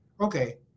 okay